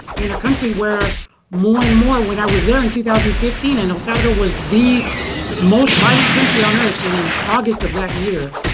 in a country where more and more when i was there in two thousand and fifteen and el salvador was the most violent country on earth in august of that year,